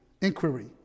inquiry